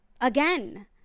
Again